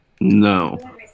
No